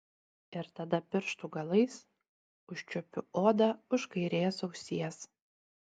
ir tada pirštų galais užčiuopiu odą už kairės ausies